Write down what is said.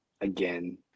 Again